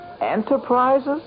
Enterprises